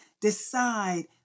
decide